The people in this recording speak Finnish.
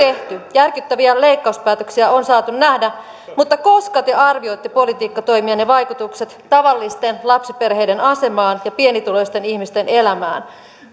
järkyttäviä leikkauspäätöksiä on saatu nähdä mutta koska te arvioitte politiikkatoimienne vaikutukset tavallisten lapsiperheiden asemaan ja pienituloisten ihmisten elämään